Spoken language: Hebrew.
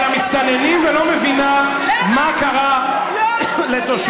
של המסתננים ולא מבינה מה קרה לתושבי,